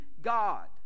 God